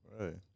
Right